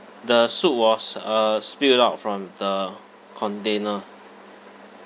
the soup was uh spilled out from the container